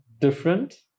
different